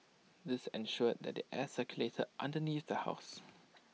this ensured that the air circulated underneath the house